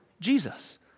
jesus